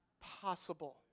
possible